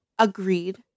agreed